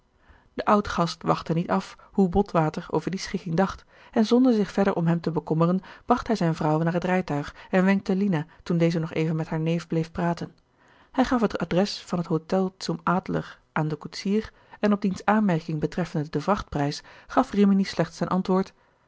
de oud gast wachtte niet af hoe botwater over die schikking dacht en zonder zich verder om hem te bekommeren bracht hij zijne vrouw naar het rijtuig en wenkte lina toen deze nog even met haar neef bleef praten hij gaf het adres van het hôtel zum adler aan den koetsier en op diens aanmerking betreffende den vrachtprijs gaf rimini slechts ten antwoord